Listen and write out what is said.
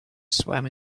swam